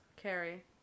Carrie